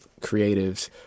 creatives